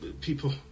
people